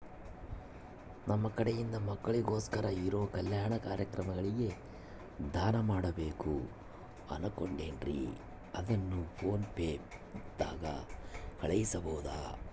ನಮ್ಮ ಕಡೆಯಿಂದ ಮಕ್ಕಳಿಗೋಸ್ಕರ ಇರೋ ಕಲ್ಯಾಣ ಕಾರ್ಯಕ್ರಮಗಳಿಗೆ ದಾನ ಮಾಡಬೇಕು ಅನುಕೊಂಡಿನ್ರೇ ಅದನ್ನು ಪೋನ್ ಪೇ ದಾಗ ಕಳುಹಿಸಬಹುದಾ?